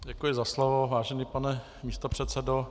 Děkuji za slovo, vážený pane místopředsedo.